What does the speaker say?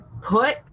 put